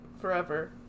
forever